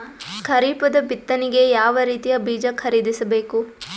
ಖರೀಪದ ಬಿತ್ತನೆಗೆ ಯಾವ್ ರೀತಿಯ ಬೀಜ ಖರೀದಿಸ ಬೇಕು?